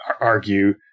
argue